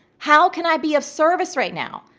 how can i be of service right now?